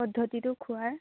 পদ্ধতিটো খোৱাৰ